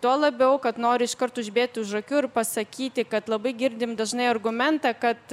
tuo labiau kad noriu iškart užbėgti už akių ir pasakyti kad labai girdim dažnai argumentą kad